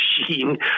machine